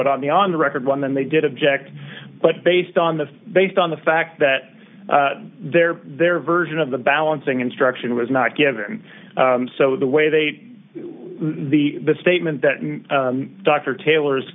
but on the on the record one then they did object but based on the based on the fact that their their version of the balancing instruction was not given so the way they the statement that dr taylor's